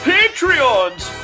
Patreons